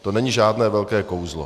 To není žádné velké kouzlo.